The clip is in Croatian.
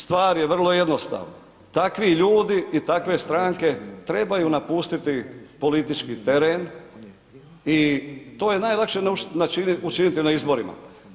Stvar je vrlo jednostavna, takvi ljudi i takve stranke trebaju napustiti politički teren i to je najlakše učiniti na izborima.